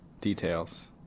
Details